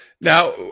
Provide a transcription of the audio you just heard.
Now